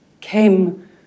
came